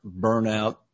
burnout